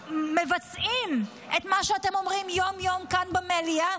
מבצעים את מה שאתם אומרים יום-יום כאן במליאה,